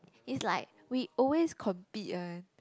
it's like we always compete one